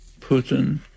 putin